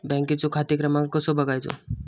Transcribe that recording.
बँकेचो खाते क्रमांक कसो बगायचो?